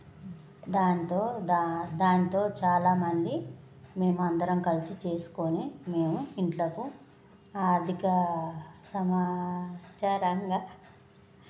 దాంతో దా దాంతో చాలామంది మేం అందరం కలిసి చేసుకొని మేము ఇంట్లకు అర్ధిక సమాచారంగా